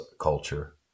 culture